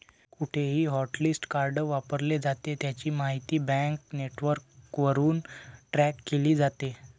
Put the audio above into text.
कुठेही hotlist card वापरले जाते, त्याची माहिती बँक नेटवर्कवरून ट्रॅक केली जाते